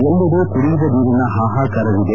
ಎಲ್ಲೆಡೆ ಕುಡಿಯುವ ನೀರಿನ ಹಾಹಾಕಾರವಿದೆ